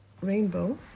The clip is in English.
rainbow